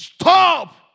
Stop